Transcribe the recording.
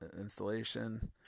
installation